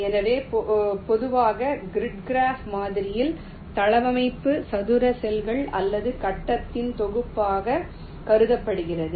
எனவே பொதுவாக grid graph மாதிரியில் தளவமைப்பு சதுர செல்கள் அல்லது கட்டத்தின் தொகுப்பாக கருதப்படுகிறது